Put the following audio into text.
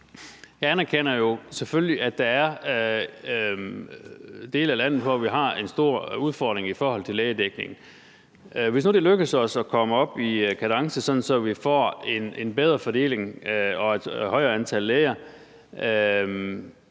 Jeg anerkender jo selvfølgelig, at der er dele af landet, hvor vi har en stor udfordring i forhold til lægedækningen. Hvis nu det lykkes os at komme op i kadence, sådan at vi får en bedre fordeling og et højere antal læger,